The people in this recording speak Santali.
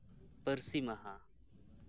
ᱯᱟᱹᱨᱥᱤ ᱢᱟᱦᱟ